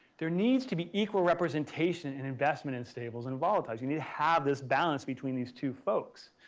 there needs to be equal representation in investment in stables and volatiles. you need to have this balance between these two folks.